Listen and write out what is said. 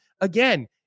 again